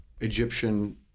Egyptian